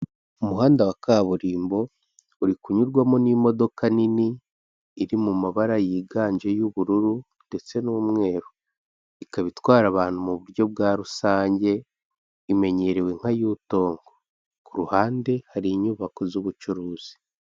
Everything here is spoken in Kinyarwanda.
Umuhanda wa kaburimbo uri kunyurwamo n'imodoka nini iri mumabara yiganje y'ubururu ndetse n'umweru. ikaba Itwara abantu muburyo bwa rusange imenyerewe nka yotong ku ruhande hari inyubako z'ubucuruzi.